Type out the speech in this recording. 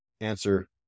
Answer